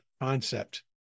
concept